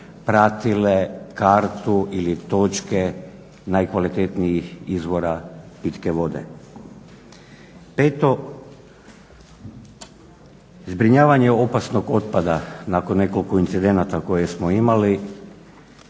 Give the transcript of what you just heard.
pratile kartu ili točke najkvalitetnijih izvora pitke vode. Eto zbrinjavanje opasnog otpada nakon nekoliko incidenata koje smo imali